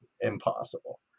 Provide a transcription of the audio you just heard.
impossible